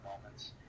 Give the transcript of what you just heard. moments